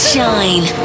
Shine